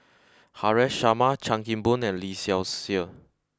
Haresh Sharma Chan Kim Boon and Lee Seow Ser